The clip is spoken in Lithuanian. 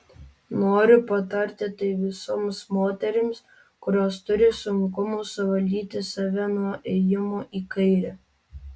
noriu patarti tai visoms moterims kurios turi sunkumų suvaldyti save nuo ėjimo į kairę